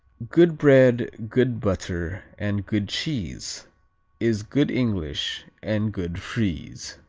good bread, good butter and good cheese is good english and good friese.